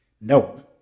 No